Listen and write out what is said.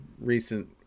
recent